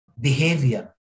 behavior